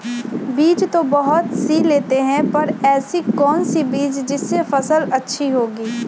बीज तो बहुत सी लेते हैं पर ऐसी कौन सी बिज जिससे फसल अच्छी होगी?